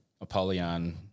Apollyon